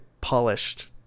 polished